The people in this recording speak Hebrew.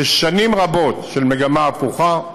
אחרי שנים רבות של מגמה הפוכה.